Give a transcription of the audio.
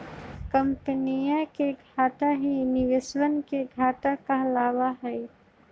कम्पनीया के घाटा ही निवेशवन के घाटा कहलावा हई